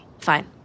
Fine